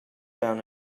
bound